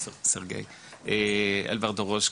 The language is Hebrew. סרגיי אלברדורושקוב.